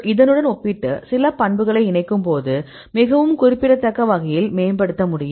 இதனுடன் ஒப்பிட்டு சில பண்புகளை இணைக்கும்போது மிகவும் குறிப்பிடத்தக்க வகையில் மேம்படுத்த முடியும்